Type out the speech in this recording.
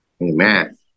Amen